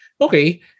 okay